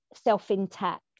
self-intact